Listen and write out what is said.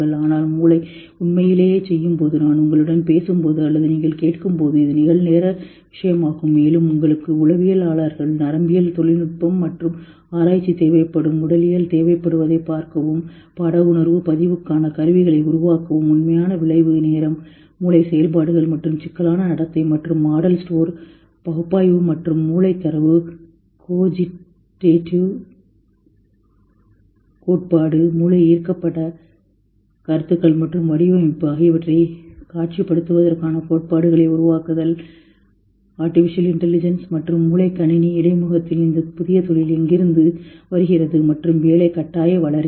ஆனால் மூளை உண்மையிலேயே செய்யும்போது நான் உங்களுடன் பேசும்போது அல்லது நீங்கள் கேட்கும் போது இது நிகழ்நேர விஷயமாகும் மேலும் உங்களுக்கு உளவியலாளர்கள் நரம்பியல் தொழில்நுட்பம் மற்றும் ஆராய்ச்சி தேவைப்படும் உடலியல் தேவைப்படுவதைப் பார்க்கவும் பட உணர்வு பதிவுக்கான கருவிகளை உருவாக்கவும் உண்மையான விளைவு நேரம் மூளை செயல்பாடுகள் மற்றும் சிக்கலான நடத்தை மற்றும் மாடல் ஸ்டோர் பகுப்பாய்வு மற்றும் மூளை தரவு கோஜிட்டேட்டிவ் கோட்பாடு மூளை ஈர்க்கப்பட்ட கருத்துக்கள் மற்றும் வடிவமைப்பு ஆகியவற்றை காட்சிப்படுத்துவதற்கான கோட்பாடுகளை உருவாக்குதல் AI மற்றும் மூளை கணினி இடைமுகத்தின் இந்த புதிய தொழில் எங்கிருந்து வருகிறது மற்றும் வேலை கட்டாய வளர்ச்சி